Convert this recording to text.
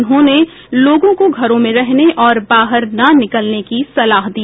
उन्होंने लोगों को घरों में रहने और बाहर न निकलने की सलाह दी